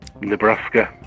Nebraska